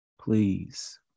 Please